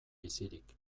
bizirik